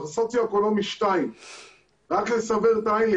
אנחנו סוציו-אקונומי 2. רק לסבר את העין,